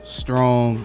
strong